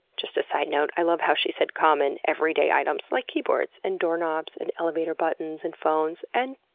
just a sidenote i love how she said common, everyday items like keyboards, and doorknobs, and elevator buttons, and phones and,